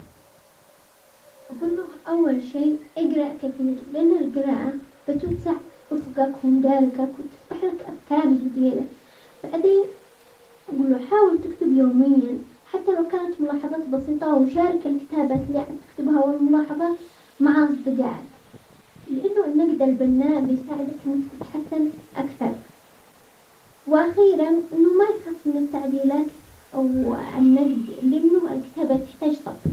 اقول له اول شيء اقرأ كثير لان القراءة بتوسع افققك مداركك وتفتح لك افكار جديدة، بعدين اقول له حاول تكتب يوميا حتى لو كانت ملاحظات بسيطة، وشارك الكتابات اللي عاد تكتبها والملاحظات مع اصدقائك، لانه النقد البناء بيساعدك انك تتحسن اكثر، واخيرا انه ما يخاف من التعديلات او النقد لانه الكتابة تحتاج صبر.